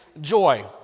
joy